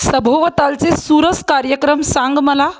सभोवतालचे सुरस कार्यक्रम सांग मला